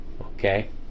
okay